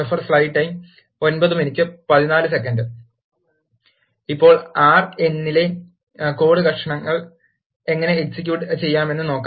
ഇപ്പോൾ ആർ എന്നിലെ കോഡ് കഷണങ്ങൾ എങ്ങനെ എക്സിക്യൂട്ട് ചെയ്യാമെന്ന് നോക്കാം